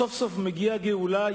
סוף-סוף מגיעה הגאולה,